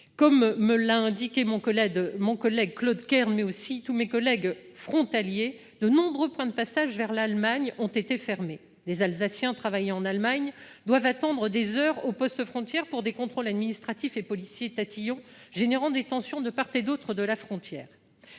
comme me l'ont indiqué Claude Kern et mes autres collègues frontaliers, de nombreux points de passage vers l'Allemagne ont été fermés. Les Alsaciens travaillant en Allemagne doivent ainsi attendre des heures aux postes frontières pour des contrôles administratifs et policiers tatillons, une situation qui entraîne des tensions de part et d'autre de la frontière.